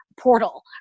portal